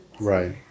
Right